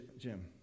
Jim